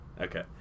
Okay